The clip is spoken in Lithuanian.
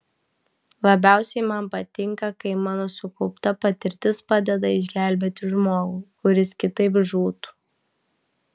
labiausiai man patinka kai mano sukaupta patirtis padeda išgelbėti žmogų kuris kitaip žūtų